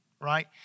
right